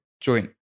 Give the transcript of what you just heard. joint